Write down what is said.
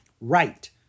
Right